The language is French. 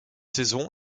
saison